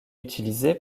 utilisé